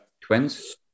Twins